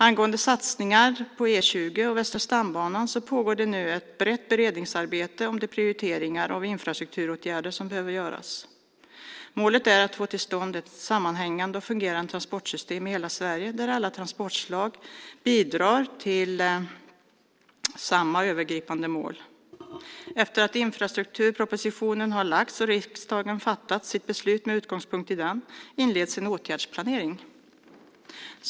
Angående satsningar på E 20 och Västra stambanan pågår det nu ett brett beredningsarbete om de prioriteringar av infrastrukturåtgärder som behöver göras. Målet är att få till stånd ett sammanhängande och fungerande transportsystem i hela Sverige där alla transportslag bidrar till samma övergripande mål. Efter att infrastrukturpropositionen har lagts fram och riksdagen fattat sitt beslut med utgångspunkt i den inleds en åtgärdsplanering.